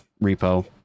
repo